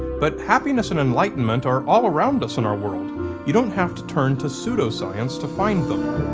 but happiness and enlightenment are all around us in our world you don't have to turn to pseudoscience to find them.